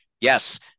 yes